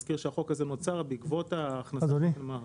אדוני,